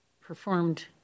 performed